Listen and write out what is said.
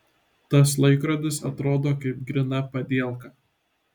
tas laikrodis atrodo kaip gryna padielka